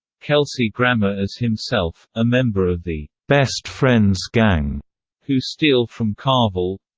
kelsey grammer as himself a member of the best friends gang who steal from carvel